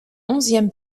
onzième